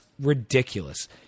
ridiculous